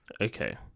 Okay